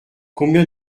combien